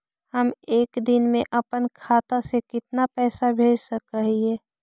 हम एक दिन में अपन खाता से कितना पैसा भेज सक हिय?